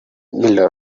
miller